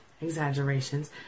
exaggerations